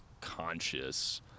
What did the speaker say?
conscious